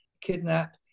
kidnap